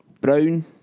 Brown